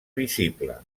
visible